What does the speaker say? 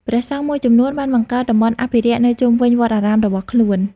ព្រះសង្ឃមួយចំនួនបានបង្កើតតំបន់អភិរក្សនៅជុំវិញវត្តអារាមរបស់ខ្លួន។